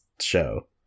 show